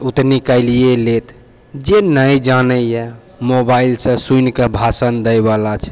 ओ तऽ निकालिये लेत जे नहि जानैए मोबाइलसँ सुनि कऽ भाषण दैवला छै